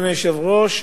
אדוני היושב-ראש,